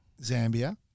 Zambia